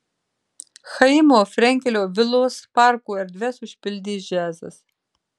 chaimo frenkelio vilos parko erdves užpildys džiazas